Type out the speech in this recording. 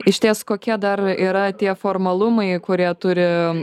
išties kokie dar yra tie formalumai kurie turi